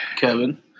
Kevin